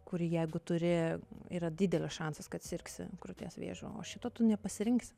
kurį jeigu turi yra didelis šansas kad sirgsi krūties vėžiu o šito tu nepasirinksi